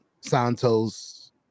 Santos